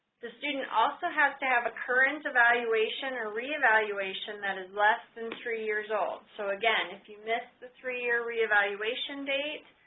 the student also has to have a current evaluation or re-evaluation that is less than three years old. so again if you miss the three year reevaluation date